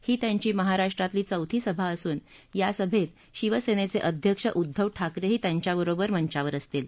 ही त्यांची महाराष्ट्रातली चौथी सभा असून या सभेत शिवसेनेचे अध्यक्ष उद्दव ठाकरेही त्यांच्यासोबत मंचावर असतील